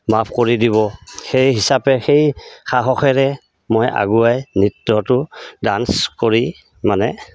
মাফ কৰি দিব সেই হিচাপে সেই সাহসেৰে মই আগুৱাই নৃত্যটো ডান্স কৰি মানে